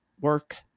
work